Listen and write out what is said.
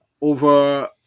Over